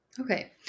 Okay